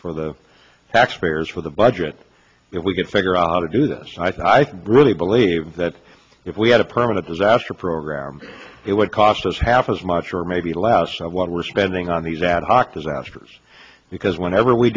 for the taxpayers for the budget if we could figure out how to do this and i really believe that if we had a permanent disaster program it would cost us half as much or maybe less of what we're spending on these ad hoc disasters because whenever we